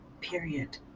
Period